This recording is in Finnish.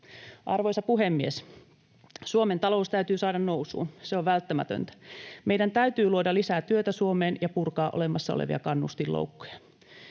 Arvoisa puhemies! Suomen talous täytyy saada nousuun. Se on välttämätöntä. Meidän täytyy luoda lisää työtä Suomeen ja purkaa olemassa olevia kannustinloukkuja.